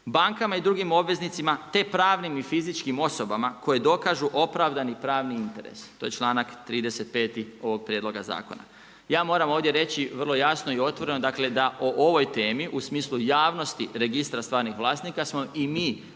Bankama i drugim obveznicima, te pravnim i fizičkim osobama koje dokažu opravdani pravni interes. To je članak 35. ovog prijedloga zakona. Ja moram ovdje reći vrlo jasno i otvoreno, dakle da o ovoj temi u smislu javnosti Registra stvarnih vlasnika smo i mi